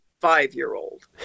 five-year-old